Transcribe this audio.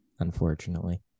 Unfortunately